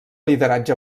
lideratge